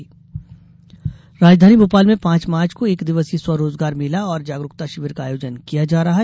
स्व रोजगार मेला राजधानी भोपाल में पांच मार्च को एक दिवसीय स्व रोजगार मेला और जागरूकता शिविर का आयोजन किया जा रहा है